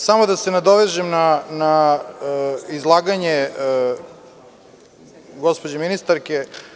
Samo da se nadovežem na izlaganje gospođe ministarke.